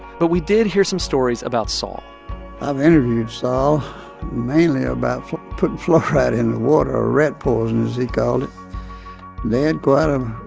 but we did hear some stories about sol i've interviewed sol mainly about putting fluoride in the water or rat poison, as he called it. but um